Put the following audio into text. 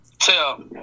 Tell